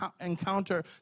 encounter